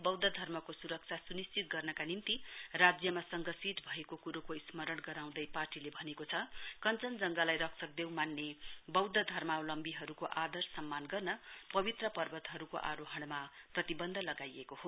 बौद्ध धर्मको सुरक्षा सुनिश्चित गर्नका निम्ति राज्यमा सघ सीट भएको कुरोको स्मरण गराउँदै पार्टीले भनेको छ कञ्जनजङ्गालाई रक्षक देव मान्ने बौद्ध धर्मावलम्बीहरूको आदर सम्मान गर्न पवित्र पर्वतहरूको आरोहणमा प्रतिबन्ध लगाइएको हो